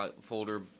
folder